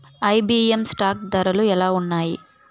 IBM stock ధరలు ఎలా ఉన్నాయి